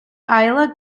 isla